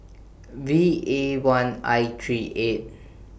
V A one I three eight